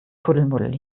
kuddelmuddel